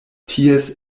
ties